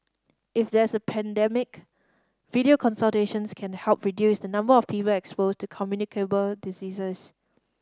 if there is a pandemic video consultations can help reduce the number of people exposed to communicable diseases